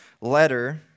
letter